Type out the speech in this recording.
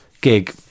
gig